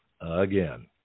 again